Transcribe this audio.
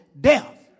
death